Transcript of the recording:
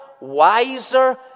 wiser